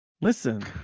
Listen